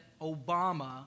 Obama